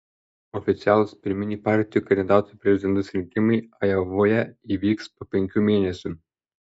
oficialūs pirminiai partijų kandidatų į prezidentus rinkimai ajovoje įvyks po penkių mėnesių